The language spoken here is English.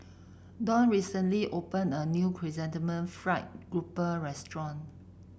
Dawne recently opened a new Chrysanthemum Fried Grouper restaurant